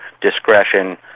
discretion